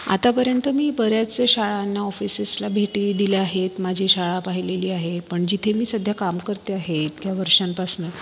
आतापर्यंत मी बऱ्याचशा शाळांना ऑफिसेसला भेटी दिल्या आहेत माझी शाळा पाहिलेली आहे पण जिथे मी सध्या काम करते आहे इतक्या वर्षांपासनं